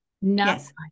Yes